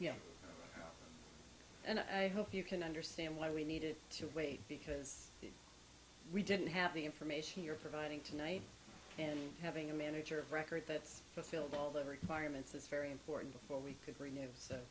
now and i hope you can understand why we needed to wait because we didn't have the information you're providing tonight and having a manager record that's filled all the requirements that's very important before we could bring